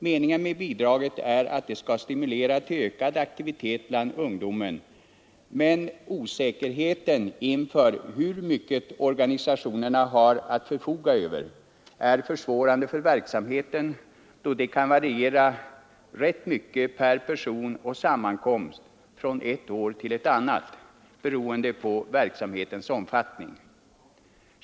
Meningen med det är att det skall stimulera till ökad aktivitet bland ungdomen, men osäkerheten inför hur mycket organisationerna har att förfoga över försvårar verksamheten då beloppet kan variera rätt mycket per person och sammankomst från ett år till ett annat, beroende på verksamhetens omfattning.